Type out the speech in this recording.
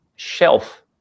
shelf